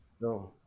no